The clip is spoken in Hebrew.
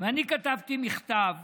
כתבתי מכתב